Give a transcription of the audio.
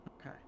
Okay